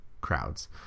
crowds